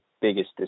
biggest